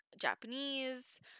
Japanese